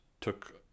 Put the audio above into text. took